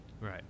Right